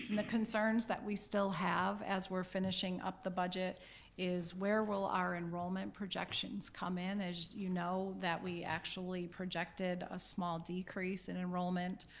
the concerns that we still have as we're finishing up the budget is where will our enrollment projections come in, as you know that we actually projected a small decrease in enrollment.